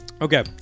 Okay